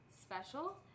special